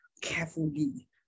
carefully